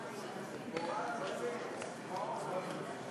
ראש העיר של יוקנעם.